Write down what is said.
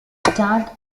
start